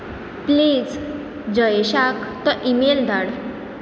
please जयेशाक तो email धाड